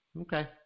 Okay